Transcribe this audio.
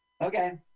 okay